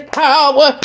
power